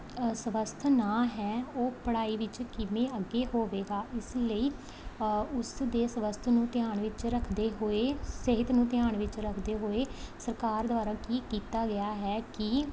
ਅਸਵਸਥ ਨਾ ਹੈ ਉਹ ਪੜ੍ਹਾਈ ਵਿੱਚ ਕਿਵੇਂ ਅੱਗੇ ਹੋਵੇਗਾ ਇਸ ਲਈ ਉਸ ਦੇ ਸਵਸਥ ਨੂੰ ਧਿਆਨ ਵਿੱਚ ਰੱਖਦੇ ਹੋਏ ਸਿਹਤ ਨੂੰ ਧਿਆਨ ਵਿੱਚ ਰੱਖਦੇ ਹੋਏ ਸਰਕਾਰ ਦੁਆਰਾ ਕੀ ਕੀਤਾ ਗਿਆ ਹੈ ਕਿ